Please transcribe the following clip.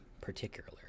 particular